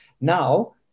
Now